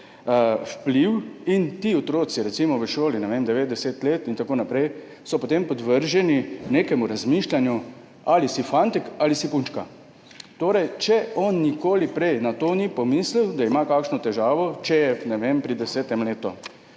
vpliv in ti otroci v šoli, stari recimo devet, deset let in tako naprej, so potem podvrženi nekemu razmišljanju, ali si fantek ali si punčka. Torej, če on ni nikoli prej na to pomislil, da ima kakšno težavo, če se je, ne vem, pri desetem letu